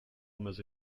mezi